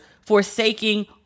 forsaking